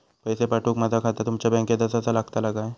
पैसे पाठुक माझा खाता तुमच्या बँकेत आसाचा लागताला काय?